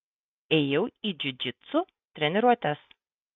ėjau į džiudžitsu treniruotes